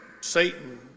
Satan